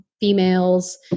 females